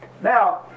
Now